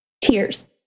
tears